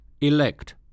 elect